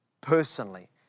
personally